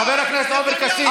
חבר הכנסת עופר כסיף.